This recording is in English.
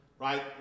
right